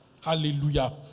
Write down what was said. Hallelujah